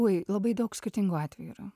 oi labai daug skirtingų atvejų yra